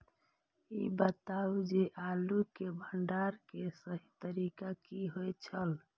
ई बताऊ जे आलू के भंडारण के सही तरीका की होय छल?